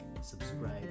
subscribe